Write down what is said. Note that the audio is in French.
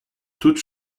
toutes